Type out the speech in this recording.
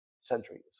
centuries